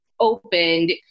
opened